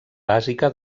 bàsica